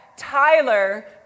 Tyler